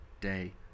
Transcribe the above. day